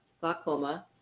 glaucoma